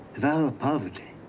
vow of poverty?